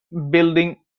building